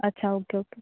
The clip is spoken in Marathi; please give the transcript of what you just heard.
अच्छा ओके ओके